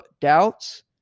doubts